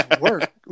work